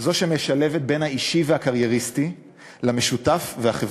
זו שמשלבת בין האישי והקרייריסטי למשותף והחברתי.